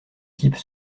type